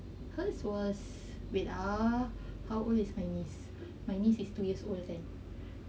hers was wait ah how old is my niece my niece is two years old kan